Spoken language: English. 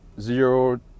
zero